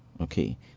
okay